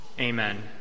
Amen